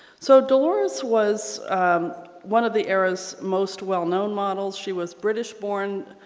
so dolores was one of the era's most well known models. she was british born.